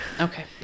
okay